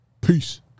peace